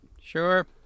Sure